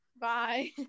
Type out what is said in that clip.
Bye